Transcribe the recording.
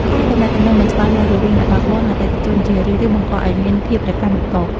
ការទំនាក់ទំនងមិនច្បាស់លាស់រវាងអ្នកបើកបរ និងអតិថិជន ជារឿយៗបង្កឱ្យមានភាពរកាំរកូស។